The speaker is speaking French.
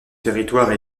territoire